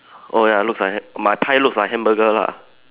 oh ya looks like that my pie looks like hamburger lah